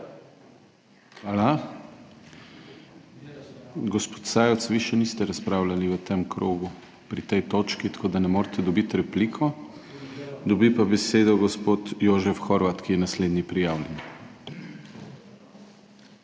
dvorane/ Gospod Sajovic, vi še niste razpravljali v tem krogu pri tej točki, tako da ne morete dobiti replike. Dobi pa besedo gospod Jožef Horvat, ki je naslednji prijavljen. JOŽEF